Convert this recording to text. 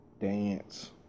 dance